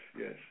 yes